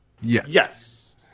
Yes